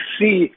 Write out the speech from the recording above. see